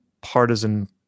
partisan